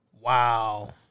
Wow